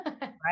Right